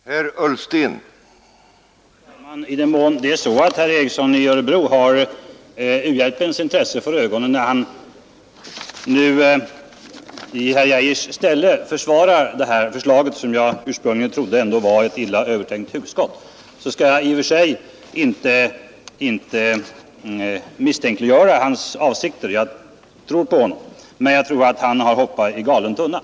Herr talman! I den mån herr Ericson i Örebro har u-hjälpens intresse för ögonen när han nu i herr Geijers ställe försvarar detta förslag, som jag ursprungligen trodde ändå var ett illa övertänkt hugskott, skall jag i och för sig inte misstänkliggöra hans avsikter. Jag tror att han menar vad han säger, men jag tror att han har hoppat i galen tunna.